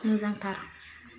मोजांथार